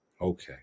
okay